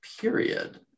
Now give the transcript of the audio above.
period